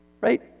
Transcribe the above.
Right